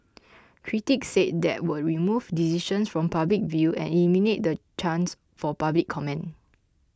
critics said that would remove decisions from public view and eliminate the chance for public comment